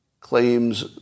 claims